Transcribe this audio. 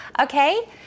okay